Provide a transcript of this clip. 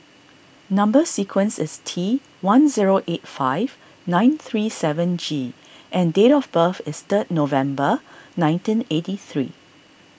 Number Sequence is T one zero eight five nine three seven G and date of birth is third November nineteen eighty three